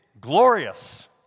glorious